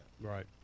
Right